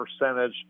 percentage